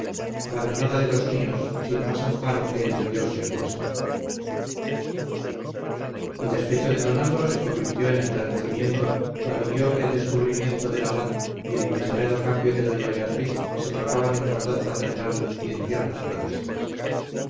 abandonada de los míos sin más amparo que el de dios y el vuestro el despecho de don álvaro se convirtió en enternecimiento cuando vio que el descubrimiento del abad y el inesperado cambio de doña beatriz se trocaban en bondad paternal y en tiernas protestas